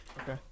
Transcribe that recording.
okay